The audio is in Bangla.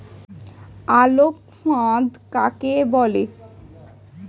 আলোক ফাঁদ কাকে বলে?